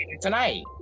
tonight